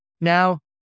Now